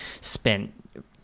spent